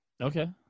okay